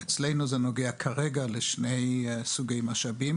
אצלנו זה נוגע כרגע לשני סוגי משאבים,